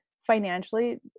financially